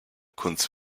kunst